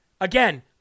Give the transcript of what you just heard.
again